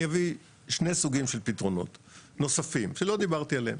אני אביא שני סוגים של פתרונות נוספים שלא דיברתי עליהם.